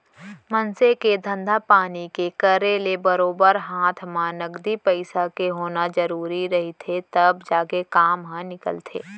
मनसे के धंधा पानी के करे ले बरोबर हात म नगदी पइसा के होना जरुरी रहिथे तब जाके काम ह निकलथे